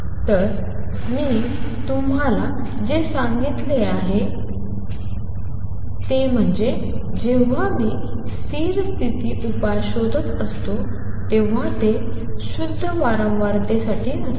तर मी तुम्हाला जे सांगितले ते असे आहे की जेव्हा मी स्थिर स्तिथी उपाय शोधत असतो तेव्हा ते शुद्ध वारंवारतेसाठी नसतात